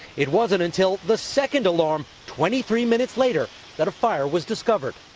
it wasn't until the second alarm, twenty three minutes later that a fire was discovered.